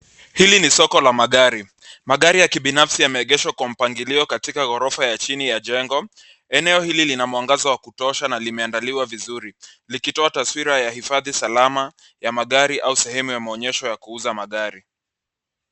Hili ni soko la magari. Magari ya kibinafsi yameegeshwa kwa mpangilio katika ghorofa ya chini ya jengo. Eneo hili lina mwangaza wa kutosha na limeandaliwa vizuri likitoa taswira ya hifadhi salama ya magari au sehemu ya maonyesho ya kuuza magari.